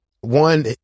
One